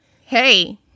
hey